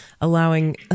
allowing